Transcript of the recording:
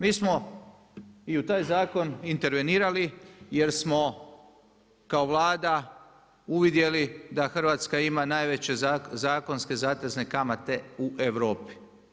Mi smo i u taj zakon intervenirali jer smo kao Vlada uvidjeli da Hrvatska ima najveće zakonske zatezne kamate u Europi.